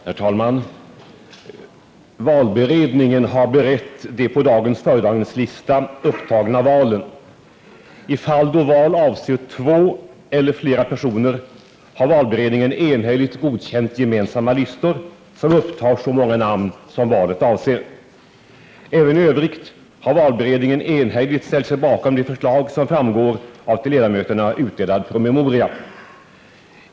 Herr talman! Valberedningen har berett de på dagens föredragningslista upptagna valen. I fall då val avser två eller flera personer har valberedningen enhälligt godkänt gemensamma listor, som upptar så många namn som valet avser. Även i övrigt har valberedningen enhälligt ställt sig bakom de förslag som framgår av en till ledamöterna utdelad promemoria.